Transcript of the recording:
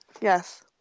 Yes